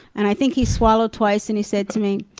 and i think he swallowed twice and he said to me,